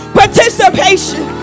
participation